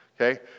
okay